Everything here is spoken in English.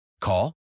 Call